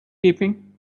keeping